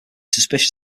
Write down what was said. suspicious